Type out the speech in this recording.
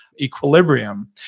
equilibrium